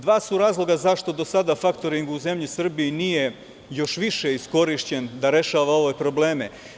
Dva su razloga zašto do sada faktoring u zemlji Srbiji nije još više iskorišćen da rešava ove probleme.